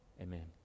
amen